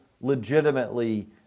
legitimately